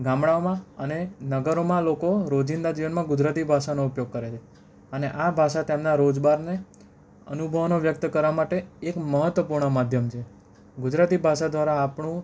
ગામડાઓમાં અને નગરોમાં લોકો રોજિંદા જીવનમાં ગુજરાતી ભાષાનો ઉપયોગ કરે છે અને આ ભાષા તેમના રોજબારને અનુભવોને વ્યક્ત કરવા માટે એક મહત્ત્વપૂર્ણ માધ્યમ છે ગુજરાતી ભાષા દ્વારા આપણું